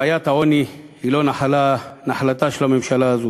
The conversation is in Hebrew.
בעיית העוני היא לא נחלתה של הממשלה הזאת